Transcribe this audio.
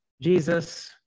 Jesus